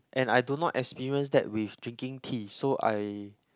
and I do not experience that with drinking tea so I